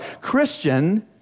Christian